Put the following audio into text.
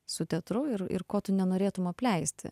su teatru ir ir ko tu nenorėtum apleisti